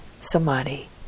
samadhi